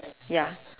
ya